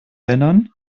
erinnern